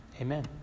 Amen